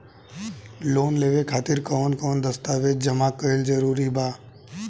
Loan लेवे खातिर कवन कवन दस्तावेज जमा कइल जरूरी बा?